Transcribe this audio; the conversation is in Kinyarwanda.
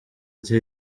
ati